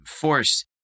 force